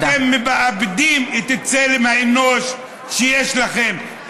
אתם מאבדים את צלם האנוש שיש לכם,